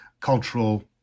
cultural